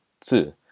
two